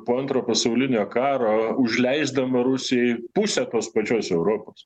po antro pasaulinio karo užleisdama rusijai pusę tos pačios europos